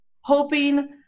hoping